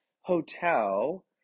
hotel